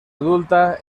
adulta